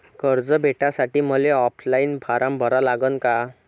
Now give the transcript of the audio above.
कर्ज भेटासाठी मले ऑफलाईन फारम भरा लागन का?